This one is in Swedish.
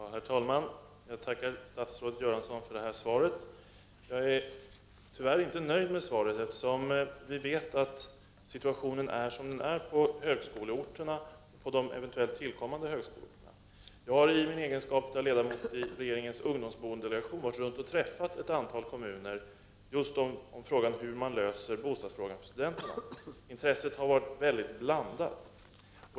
Herr talman! Jag tackar statsrådet Göransson för svaret. Jag är tyvärr inte nöjd med detta, med tanke på den nuvarande situationen på högskoleorter 15 na och när det gäller eventuellt tillkommande högskoleorter. Jag har i egenskap av ledamot av regeringens ungdomsboendedelegation varit ute och rest i ett antal kommuner och har då frågat hur man löser bostadsfrågan för studenterna. Intresset har varit väldigt blandat.